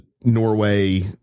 Norway